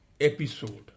episode